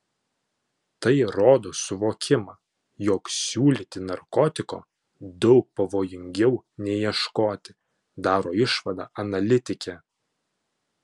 tai rodo suvokimą jog siūlyti narkotiko daug pavojingiau nei ieškoti daro išvadą analitikė